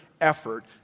effort